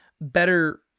better